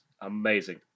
amazing